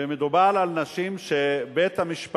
ומדובר על נשים שבית-המשפט